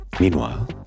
meanwhile